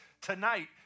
tonight